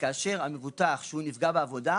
וכאשר המבוטח שהוא נפגע בעבודה,